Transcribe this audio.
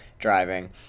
driving